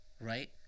right